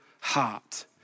heart